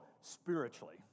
spiritually